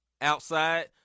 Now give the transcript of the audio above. Outside